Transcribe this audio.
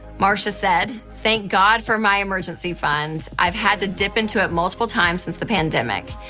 marsha said, thank god for my emergency fund. i've had to dip into it multiple times since the pandemic.